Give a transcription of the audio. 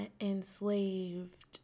enslaved